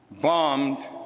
bombed